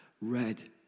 red